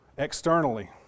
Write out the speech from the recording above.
externally